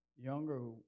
younger